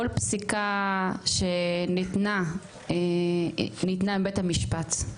כל פסיקה שניתנה ניתנה בבית המשפט.